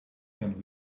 can